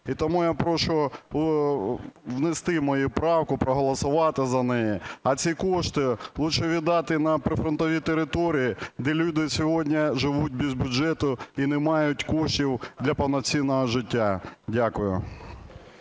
І тому я прошу внести мою правку, проголосувати за неї. А ці кошти лучше віддати на прифронтові території, де люди сьогодні живуть без бюджету і не мають коштів для повноцінного життя. Дякую.